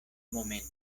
momento